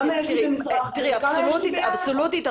כמה יש לי במזרח וכמה יש לי ביפו.